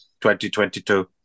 2022